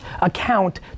account